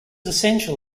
essential